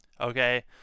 okay